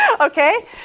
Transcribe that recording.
okay